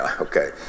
Okay